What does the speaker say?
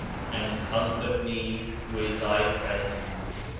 and comfort me with thy presence.